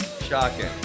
shocking